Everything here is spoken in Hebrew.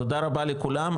תודה רבה לכולם,